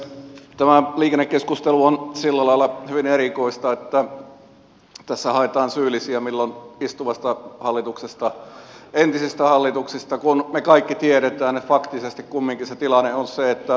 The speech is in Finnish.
tämä liikennekeskustelu on sillä lailla hyvin erikoista että tässä haetaan syyllisiä milloin istuvasta hallituksesta milloin entisistä hallituksista kun me kaikki tiedämme että faktisesti kumminkin se tilanne on se että raha puuttuu